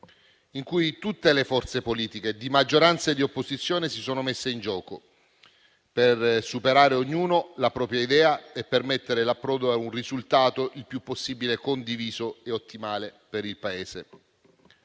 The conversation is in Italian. in cui tutte le forze politiche di maggioranza e di opposizione si sono messe in gioco per superare ognuno la propria idea e permettere l'approdo a un risultato il più possibile condiviso e ottimale per il Paese.